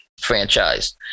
franchise